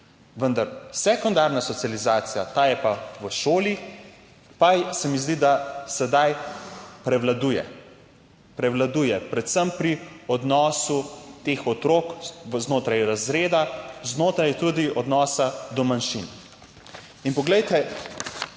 vendar sekundarna socializacija, ta je pa v šoli, pa se mi zdi, da sedaj prevladuje. Prevladuje predvsem pri odnosu teh otrok znotraj razreda, tudi znotraj odnosa do manjšin. Jaz